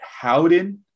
Howden